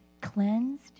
cleansed